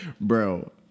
bro